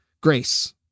grace